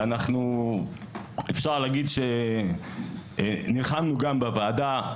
ואפשר להגיד שנלחמנו גם בוועדה.